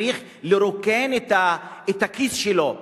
צריך לרוקן את הכיס שלו.